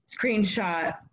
screenshot